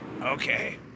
Okay